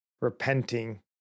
repenting